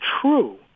true